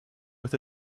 with